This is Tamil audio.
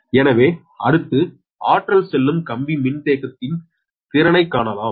எனவே அடுத்து ஆற்றல் செல்லும் கம்பி மின்தேக்குத் திறனை காணலாம்